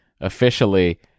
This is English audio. officially